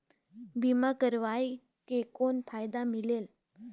बीमा करवाय के कौन फाइदा मिलेल?